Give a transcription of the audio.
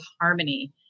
harmony